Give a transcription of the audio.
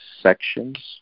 sections